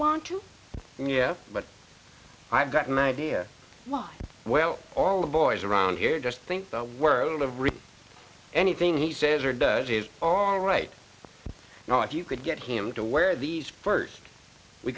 want to yeah but i've got an idea why well all the boys around here just think the world of rich anything he says or does is all right you know if you could get him to wear these first we